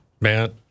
Matt